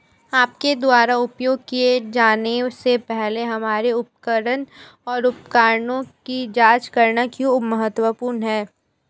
आपके द्वारा उपयोग किए जाने से पहले हमारे उपकरण और उपकरणों की जांच करना क्यों महत्वपूर्ण है?